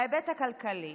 בהיבט הכלכלי